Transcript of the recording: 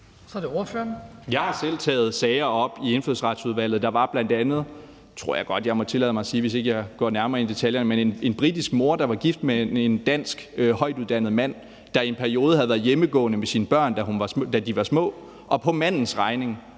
jeg ikke går nærmere i detaljer – en britisk mor, der var gift med en dansk højtuddannet mand, og som i en periode havde været hjemmegående med sine børn, da de var små, og på mandens regning